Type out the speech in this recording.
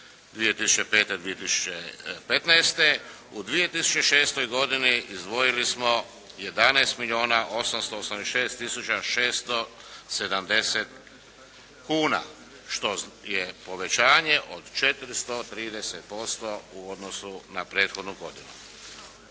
2005.-2015. U 2006. godini izdvojili smo 11 milijuna 886 tisuća 670 kuna, što je povećanje od 430% u odnosu na prethodnu godinu.